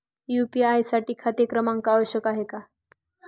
UPI साठी खाते क्रमांक आवश्यक आहे का?